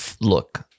look